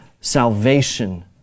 salvation